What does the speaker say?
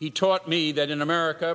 he taught me that in america